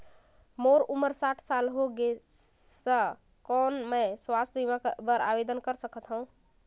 मोर उम्र साठ साल हो गे से त कौन मैं स्वास्थ बीमा बर आवेदन कर सकथव?